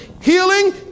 healing